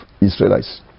Israelites